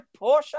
Porsche